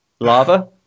Lava